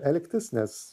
elgtis nes